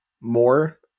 more